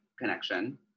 connection